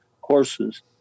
courses